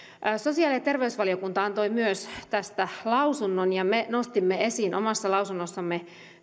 sosiaali ja terveysvaliokunta antoi myös tästä lausunnon ja me nostimme esiin omassa lausunnossamme